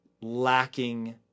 lacking